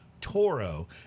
Toro